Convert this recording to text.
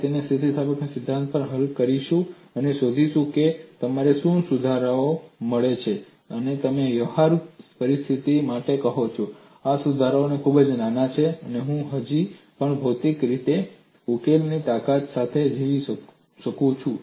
આપણે તેને સ્થિતિસ્થાપકતાના સિદ્ધાંત દ્વારા હલ કરીશું અને શોધીશું કે તમને શું સુધારાઓ મળે છે અને તમે વ્યવહારુ પરિસ્થિતિ માટે કહો છો આ સુધારાઓ ખૂબ નાના છે હું હજી પણ ભૌતિક ઉકેલની તાકાત સાથે જીવી શકું છું